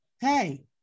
hey